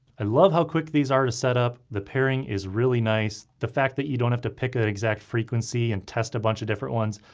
i love how quick these are to set up. the pairing is really nice, the fact that you don't have to pick a exact frequency and test a bunch of different ones,